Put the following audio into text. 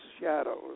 shadows